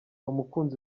umukunzi